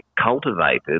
cultivated